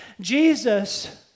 Jesus